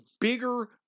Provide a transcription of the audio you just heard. bigger